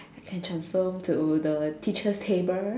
I can transform to the teacher's table